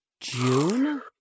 June